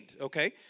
Okay